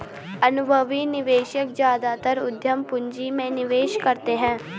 अनुभवी निवेशक ज्यादातर उद्यम पूंजी में निवेश करते हैं